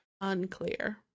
Unclear